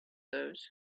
those